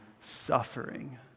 suffering